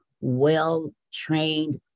well-trained